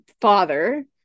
father